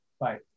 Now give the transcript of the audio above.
bye